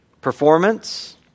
performance